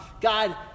God